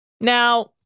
Now